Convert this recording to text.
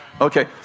Okay